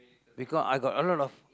because I got a lot of